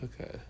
Okay